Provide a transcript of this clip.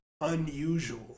unusual